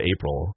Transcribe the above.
April